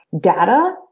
data